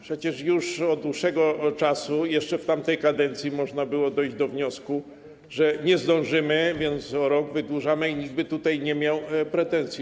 Przecież już od dłuższego czasu, jeszcze w tamtej kadencji można było dojść do wniosku, że nie zdążymy, więc o rok wydłużamy i nikt by nie miał pretensji.